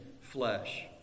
flesh